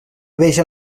veja